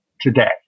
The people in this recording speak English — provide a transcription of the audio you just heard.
today